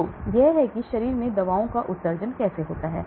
तो यह है कि शरीर से दवाओं का उत्सर्जन कैसे होता है